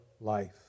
life